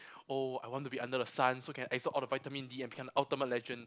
oh I want to be under the sun so can absorb all the vitamin D and become the ultimate legend